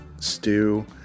stew